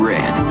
Red